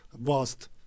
vast